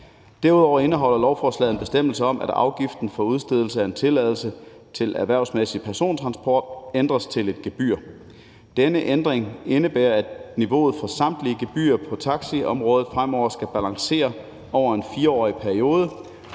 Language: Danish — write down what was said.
Derudover indeholder lovforslaget en bestemmelse om, at afgiften for udstedelse af en tilladelse til erhvervsmæssig persontransport ændres til et gebyr. Denne ændring indebærer, at niveauet for samtlige gebyrer på taxiområdet fremover skal balancere over en 4-årig periode,